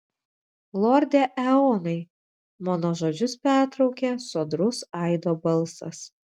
lorde eonai mano žodžius pertraukė sodrus aido balsas